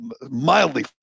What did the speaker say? mildly